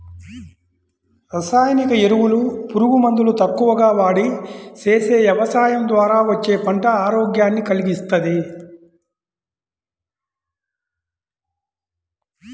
రసాయనిక ఎరువులు, పురుగు మందులు తక్కువగా వాడి చేసే యవసాయం ద్వారా వచ్చే పంట ఆరోగ్యాన్ని కల్గిస్తది